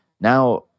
Now